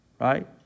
right